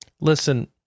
Listen